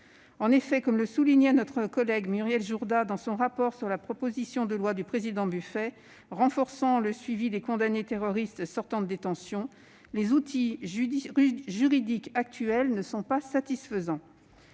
En effet, comme le soulignait notre collègue Muriel Jourda, dans son rapport sur la proposition de loi de François-Noël Buffet renforçant le suivi des condamnés terroristes sortant de détention, les outils juridiques actuels ne sont pas satisfaisants.